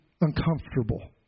uncomfortable